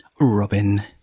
Robin